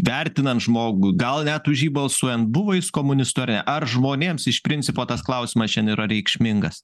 vertinant žmogų gal net už jį balsuojant buvo jis komunistu ar ne ar žmonėms iš principo tas klausimas šian yra reikšmingas